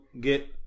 get